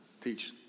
teach